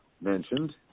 mentioned